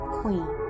queen